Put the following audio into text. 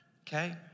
Okay